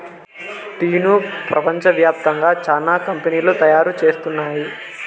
టీను ప్రపంచ వ్యాప్తంగా చానా కంపెనీలు తయారు చేస్తున్నాయి